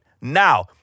now